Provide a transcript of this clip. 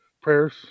prayers